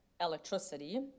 electricity